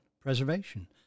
preservation